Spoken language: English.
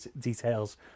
details